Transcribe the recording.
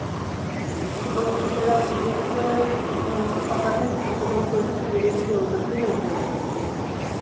दिक्खो लिखने दा ऐक्सपीरियंस अस आखने आं कि कुसै कोलूं कोई बी जेह्ड़ी ऐ कि जबरदस्ती नेईं करवाई जाई सकदी